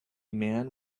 man